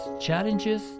challenges